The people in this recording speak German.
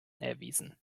erwiesen